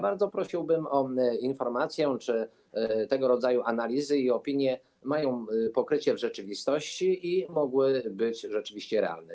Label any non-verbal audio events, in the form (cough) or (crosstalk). Bardzo prosiłbym o informację, czy tego rodzaju analizy i opinie mają pokrycie w rzeczywistości (noise) i mogły być rzeczywiście realne.